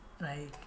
Right